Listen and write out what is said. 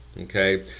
Okay